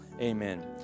Amen